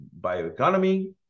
bioeconomy